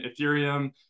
ethereum